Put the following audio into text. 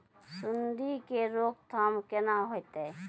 सुंडी के रोकथाम केना होतै?